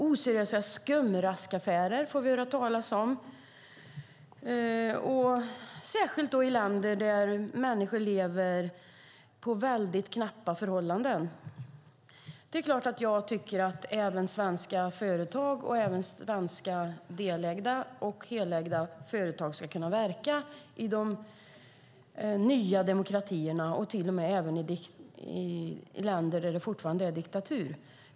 Vi får höra talas om oseriösa skumraskaffärer, särskilt i länder där människor lever under mycket knappa förhållanden. Det är klart att jag tycker att även svenska företag, både företag som är helt och delvis svenskägda, ska kunna verka i de nya demokratierna och till och med även i länder där det fortfarande är diktatur.